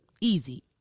Easy